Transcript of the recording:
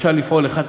אפשר לפעול לפי 1